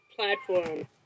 platform